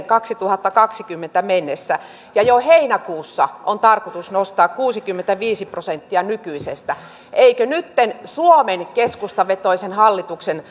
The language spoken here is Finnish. kaksituhattakaksikymmentä mennessä ja jo heinäkuussa on tarkoitus nostaa kuusikymmentäviisi prosenttia nykyisestä eikö nytten suomen keskustavetoisen hallituksen